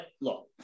look –